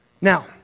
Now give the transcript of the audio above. Now